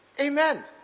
amen